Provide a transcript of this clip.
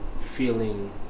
feeling